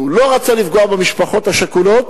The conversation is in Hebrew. כי הוא לא רצה לפגוע במשפחות השכולות,